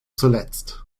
zuletzt